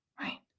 Right